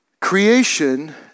Creation